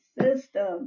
system